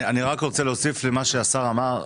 אני רוצה להוסיף על מה שהשר אמר.